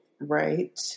Right